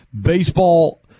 Baseball